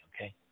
okay